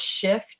shift